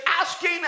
asking